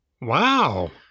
Wow